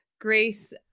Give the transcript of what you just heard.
grace